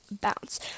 bounce